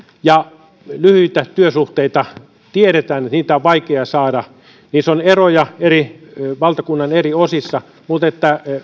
ja lyhyitä työsuhteita on vaikea saada niissä on eroja valtakunnan eri osissa mutta